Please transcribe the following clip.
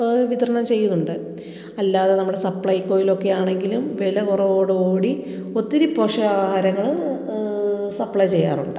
വിതരണം ചെയ്യുന്നുണ്ട് അല്ലാതെ നമ്മുടെ സപ്ലൈകോയിലൊക്കെ ആണെങ്കിലും വില കുറവോടു കൂടി ഒത്തിരി പോഷക ആഹാരങ്ങൾ സപ്ലൈ ചെയ്യാറുണ്ട്